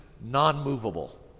non-movable